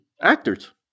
actors